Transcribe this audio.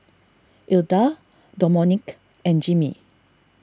Ilda Domonique and Jimmie